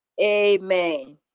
amen